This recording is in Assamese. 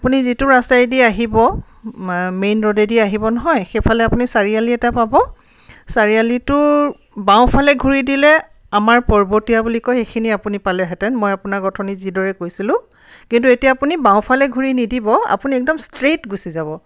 আপুনি যিটো ৰাস্তাইদি আহিব মেইন ৰোডেদি আহিব নহয় সেইফালে আপুনি চাৰিআলি এটা পাব চাৰিআলিটোৰ বাওঁফালে ঘূৰি দিলে আমাৰ পৰ্বতীয়া বুলি কয় সেইখিনি আপুনি পালেহেতেন মই আপোনাক অথনি যিদৰে কৈছিলোঁ কিন্তু এতিয়া আপুনি বাওঁফালে ঘূৰি নিদিব আপুনি একদম ষ্ট্ৰেট গুচি যাব